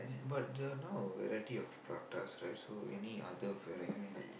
but the now a variety of prata rice so any other I mean like